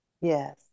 yes